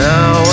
Now